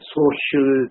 social